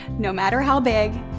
no matter how big,